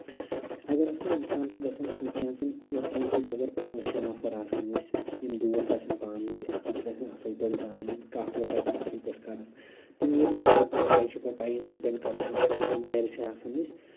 اَگر ہسا اِنسان چھُ گژھان کیٚنہہ ژَن نَفرَن سۭتۍ اَگر پانٛژھ شیٚے نَفر آسو أسۍ یِم دوس آسان پانہٕ ؤنۍ اکھ أکِس آسان اَصٕل پٲٹھۍ زانان کَتھ وَتھ آسان اَصٕل پٲٹھۍ کران تِم ییٚلہِ اَلگ کُنہِ جایہِ چھِ پَتہٕ ٹایم سِپٮ۪نڈ کران ہُتھ کٔنۍ اَگر گرِ چھِ آسان أسۍ